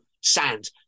sand